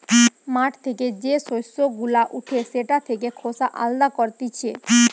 মাঠ থেকে যে শস্য গুলা উঠে সেটা থেকে খোসা আলদা করতিছে